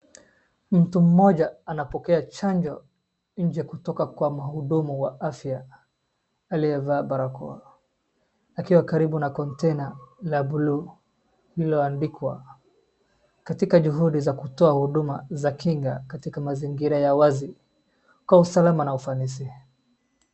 Mtu mmoja anapokea chanjo nje kutoka kwa mhudumu wa afya aliyevaa barakoa, akiwa karibu na kontena ya buluu iliyoandikwa, katika juhudi za kutoa huduma za kinga katika mazingira ya wazi, kwa usalama na ufanisi.